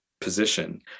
position